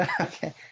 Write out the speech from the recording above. Okay